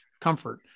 comfort